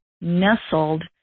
nestled